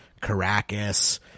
Caracas